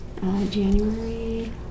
January